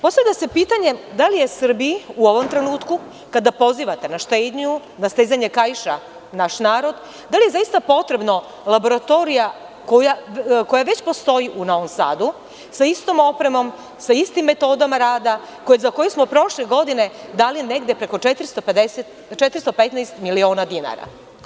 Postavlja se pitanje da li je Srbiji u ovom trenutku, kada pozivate na štednju, na stezanje kaiša, da li je zaista potrebna laboratorija koja već postoji u Novom Sadu sa istom opremom, sa istim metodama rada, a za koju smo prošle godine dali negde preko 415 miliona dinara?